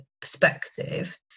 perspective